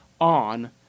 on